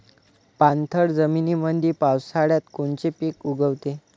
पाणथळ जमीनीमंदी पावसाळ्यात कोनचे पिक उगवते?